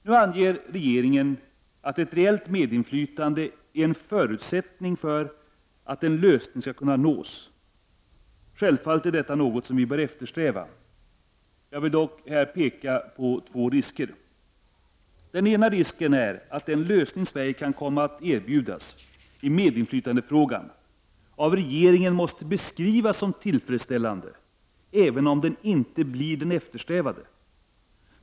Nu anger regeringen att ett reellt medinflytande är en förutsättning för att en lösning skall kunna nås. Självfallet är detta något vi bör eftersträva. Jag vill dock här peka på två risker. Den ena är risken för att den lösning Sverige kan komma att erbjudas i medinflytandefrågan av regeringen måste beskrivas som tillfredsställande, även om den inte blir den eftersträvade.